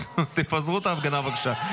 אז תפזרו את ההפגנה, בבקשה.